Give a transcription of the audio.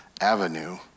avenue